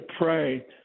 pray